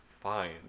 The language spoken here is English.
fine